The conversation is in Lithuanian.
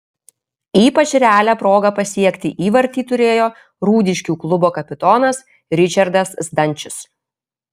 ypač realią progą pasiekti įvartį turėjo rūdiškių klubo kapitonas ričardas zdančius